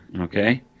okay